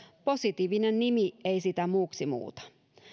positiivinen nimi ei sitä muuksi muuta